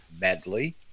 Medley